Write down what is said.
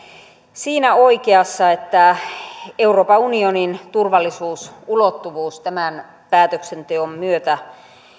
siinä oikeassa että euroopan unionin turvallisuusulottuvuus tämän päätöksenteon myötä